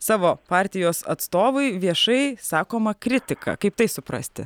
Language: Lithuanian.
savo partijos atstovui viešai sakoma kritika kaip tai suprasti